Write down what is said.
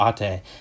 Ate